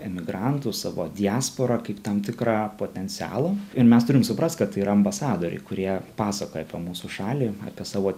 emigrantų savo diasporą kaip tam tikrą potencialą ir mes turim suprast kad tai yra ambasadoriai kurie pasakoja apie mūsų šalį apie savo